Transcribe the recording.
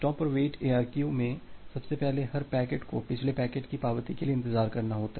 stop और wait ARQ में सबसे पहले हर पैकेट को पिछले पैकेट की पावती के लिए इंतजार करना होगा